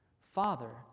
Father